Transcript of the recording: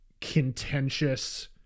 contentious